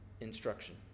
instruction